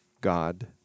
God